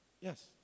Yes